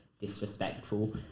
disrespectful